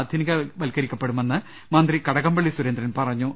ആധുനികവൽക്കരിക്കപ്പെടുമെന്ന് മന്ത്രി കടകംപള്ളി സുരേന്ദ്രൻ പറഞ്ഞു